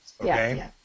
Okay